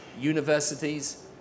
universities